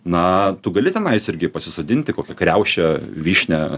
na tu gali tenais irgi pasisodinti kokią kriaušę vyšnią